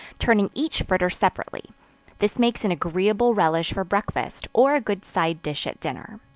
turning each fritter separately this makes an agreeable relish for breakfast, or a good side dish at dinner.